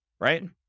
right